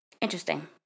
Interesting